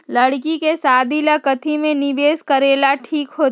लड़की के शादी ला काथी में निवेस करेला ठीक होतई?